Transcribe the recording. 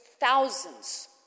thousands